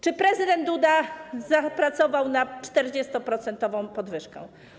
Czy prezydent Duda zapracował na 40-procentową podwyżkę?